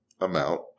amount